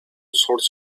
sorts